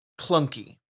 clunky